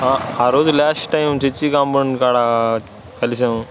ఆ రోజు last time church compound కాడ కలిసాము